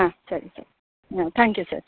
ಹಾಂ ಸರಿ ಸರಿ ತ್ಯಾಂಕ್ ಯು ಸರ್